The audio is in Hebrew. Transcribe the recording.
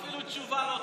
נתקבלה.